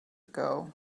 ago